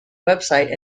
website